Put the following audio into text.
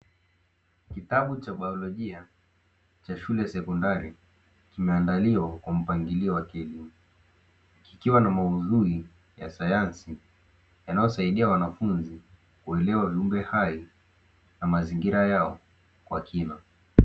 Kitabu cha biolojia cha shule ya sekondari, kimeandaliwa kwa mpangilio wa kielimu, kikiwa na maudhui ya sayansi yanayosaidia wanafunzi kuelewa viumbe hai na mazingira yao kwa kina.